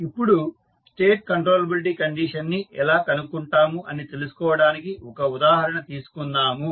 ఇప్పుడు state controllability condition ని ఎలా కనుక్కుంటాము అని తెలుసుకోవడానికి ఒక ఉదాహరణ తీసుకుందాము